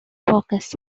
focus